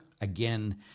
again